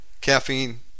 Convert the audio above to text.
caffeine